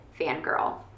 Fangirl